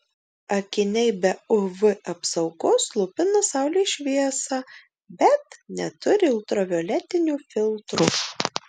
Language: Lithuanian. akiniai be uv apsaugos slopina saulės šviesą bet neturi ultravioletinio filtro